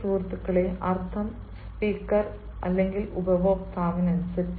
എന്റെ പ്രിയ സുഹൃത്തേ അർത്ഥം സ്പീക്കർ ഉപയോക്താവ്